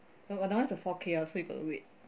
no but that [one] is a four k ah so you got to wait